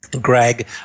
Greg